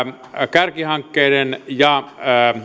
kärkihankkeiden ja